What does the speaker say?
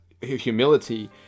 humility